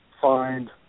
find